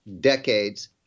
decades